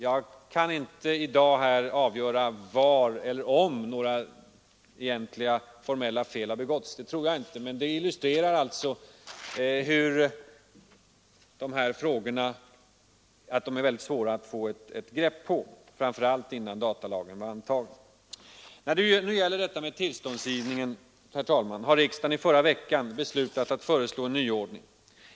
Jag kan inte i dag här avgöra var eller om några formella fel har begåtts — det tror jag inte. Men vad som skett illustrerar att det är väldigt svårt att få ett grepp på dessa frågor, och detta framför allt innan datalagen var antagen. När det nu gäller detta med tillståndsgivningen har riksdagen i förra veckan beslutat att föreslå en nyordning.